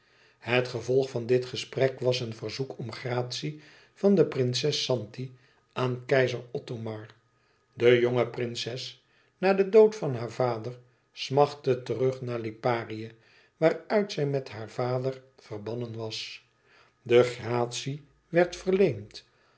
het gevolg van dit gesprek was een verzoek om gratie van de prinses zanti aan keizer othomar de jonge prinses na den dood van haar vader smachtte terug naar liparië waaruit zij met haar vader verbannen was de gratie werd verleend